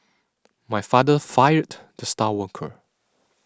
my father fired the star worker